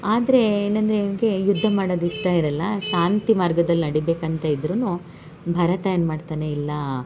ಆದರೆ ಏನಂದರೆ ಇವನಿಗೆ ಯುದ್ಧ ಮಾಡೋದ್ ಇಷ್ಟ ಇರಲ್ಲ ಶಾಂತಿ ಮಾರ್ಗದಲ್ಲಿ ನಡಿಯಬೇಕಂತ ಇದ್ರೂ ಭರತ ಏನು ಮಾಡ್ತಾನೆ ಇಲ್ಲ